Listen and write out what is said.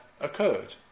occurred